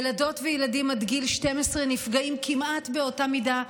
ילדות וילדים עד גיל 12 נפגעים כמעט באותה מידה,